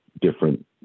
different